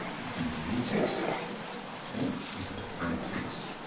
you can delete it or you could add text.